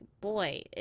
boy